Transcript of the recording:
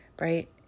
right